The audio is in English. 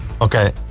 okay